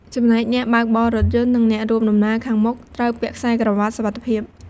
ចំណែកអ្នកបើកបររថយន្ត និងអ្នករួមដំណើរខាងមុខ ត្រូវ ពាក់ខ្សែក្រវាត់សុវត្ថិភាព។